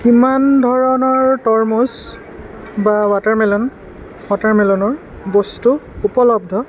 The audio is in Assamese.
কিমান ধৰণৰ তৰমুজ বা ৱাটাৰ মেলন ৱাটাৰ মেলনৰ বস্তু উপলব্ধ